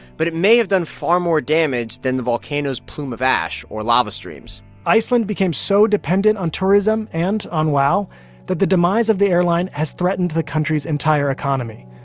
but it may have done far more damage than the volcano's plume of ash or lava streams iceland became so dependent on tourism and on wow that the demise of the airline has threatened the country's entire economy.